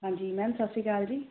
ਹਾਂਜੀ ਮੈਮ ਸਤਿ ਸ਼੍ਰੀ ਅਕਾਲ ਜੀ